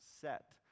set